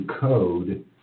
code